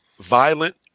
violent